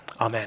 Amen